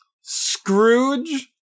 Scrooge